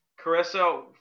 Carissa